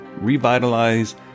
revitalize